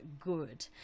good